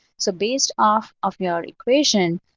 so based off of your equation,